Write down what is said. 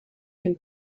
can